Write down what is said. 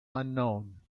unknown